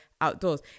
outdoors